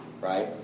Right